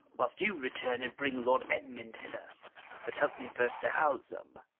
whilst you return and bring lord edmund hither but help me first to house em.